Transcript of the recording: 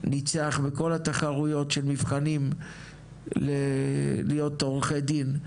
ניצח בכל התחרויות של המבחנים כדי להיות עורכי דין.